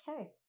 Okay